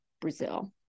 Brazil